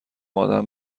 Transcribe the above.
آدم